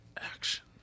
action